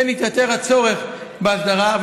לכן התייתר הצורך בהסדרה.